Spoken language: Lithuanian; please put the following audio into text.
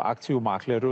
akcijų makleriu